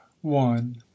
One